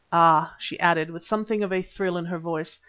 ah! she added with something of a thrill in her voice,